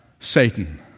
Satan